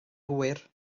hwyr